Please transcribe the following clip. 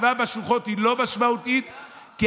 השכיבה בשוחות היא לא משמעותית, למה?